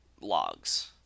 logs